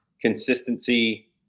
consistency